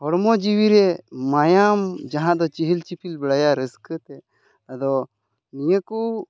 ᱦᱚᱲᱢᱚ ᱡᱤᱣᱤ ᱨᱮ ᱢᱟᱭᱟᱢ ᱡᱟᱦᱟᱸ ᱫᱚ ᱪᱤᱦᱤᱞ ᱪᱤᱯᱤᱞ ᱵᱟᱲᱟᱭᱟ ᱨᱟᱹᱥᱠᱟᱹ ᱛᱮ ᱟᱫᱚ ᱱᱤᱭᱟᱹ ᱠᱚ